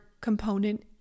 component